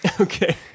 Okay